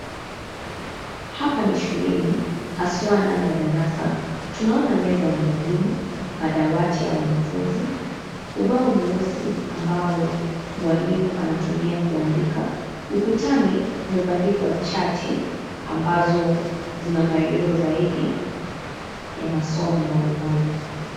Hapa ni shuleni, haswa ndani ya darasa. Tunaona meza ya mwalimu, madawati ya wanafunzi, ubao mweusi ambao, mwalimu anatumia kuandika. Ukutani kumebandikwa chati, ambazo zina maelezo zaidi, ya masomo mbalimbali.